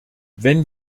wenn